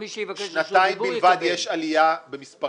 אני שם בצד את הבנייה להשכרה שהמדינה עושה .